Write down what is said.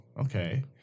okay